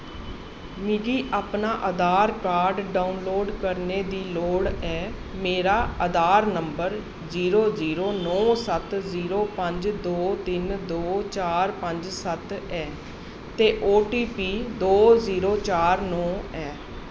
मिगी अपना Aadhaar card download करने दी लोड़ ऐ मेरा आधार नंबर जीरो जीरो नौ सत्त जीरो पंज दो तिन दो चार पंज सत्त ऐ ते ओ टी पी दो जीरो चार नौ ऐ